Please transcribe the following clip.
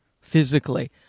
physically